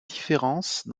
différences